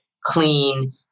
clean